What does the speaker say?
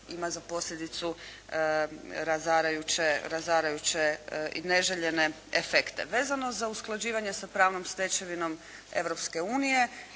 ima za posljedicu razarajuće i neželjene efekte. Vezano za usklađivanje sa pravnom stečevinom